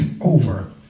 over